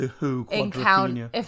encounter